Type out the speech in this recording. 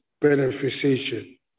beneficiation